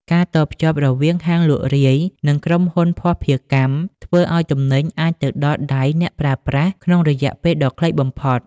ការតភ្ជាប់រវាងហាងលក់រាយ និងក្រុមហ៊ុនភស្តុភារកម្ម ធ្វើឱ្យទំនិញអាចទៅដល់ដៃអ្នកប្រើប្រាស់ក្នុងរយៈពេលដ៏ខ្លីបំផុត។